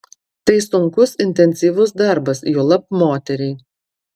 tai sunkus intensyvus darbas juolab moteriai